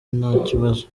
ntakibazo